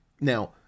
Now